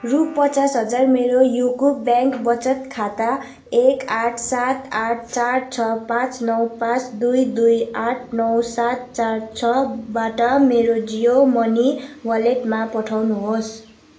रु पचास हजार मेरो युको ब्याङ्क वचत खाता एक आठ सात आठ चार छ पाचँ नौ पाचँ दुई दुई आठ नौ सात चार छ बाट मेरो जियो मनी वालेटमा पठाउनुहोस्